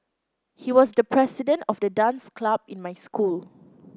he was the president of the dance club in my school